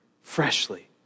freshly